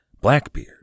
Blackbeard